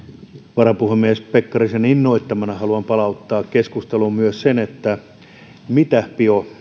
varapuhemies pekkarisen innoittamana haluan palauttaa keskusteluun myös sen mitä